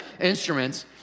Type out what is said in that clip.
instruments